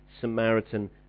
Samaritan